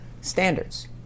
standards